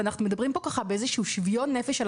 אנחנו מדברים פה באיזשהו שוויון נפש על